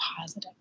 positive